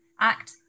act